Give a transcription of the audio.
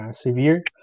severe